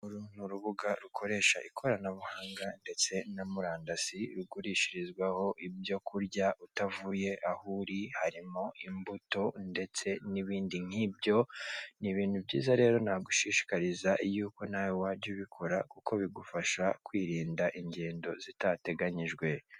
Uru ni urubuga rukoresha ikorabuhanga ndetse na murandasi, rugurishirizwaho ibyo kurya utavuye aho uri, harimo imbuto ndetse n'ibindi nk'ibyo. Ni ibintu byiza rero nagushishikariza yuko nawe wajya ubikora kuko bigufasha kwirinda ingendo zitateganyijwe.